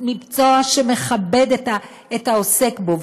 מקצוע שמכבד את העוסק בו.